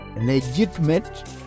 legitimate